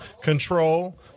Control